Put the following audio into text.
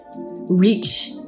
reach